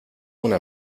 una